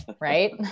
right